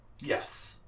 Yes